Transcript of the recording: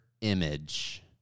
image